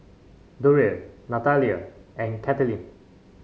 Durrell Natalia and Katheryn